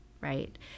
right